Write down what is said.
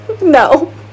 no